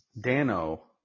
Dano